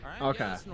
okay